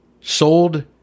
sold